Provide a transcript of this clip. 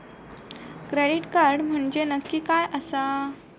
Credit card म्हंजे नक्की काय आसा?